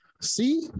See